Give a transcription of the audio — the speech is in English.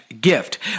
gift